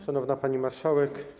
Szanowna Pani Marszałek!